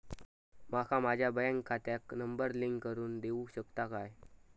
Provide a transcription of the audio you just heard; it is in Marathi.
माका माझ्या बँक खात्याक नंबर लिंक करून देऊ शकता काय?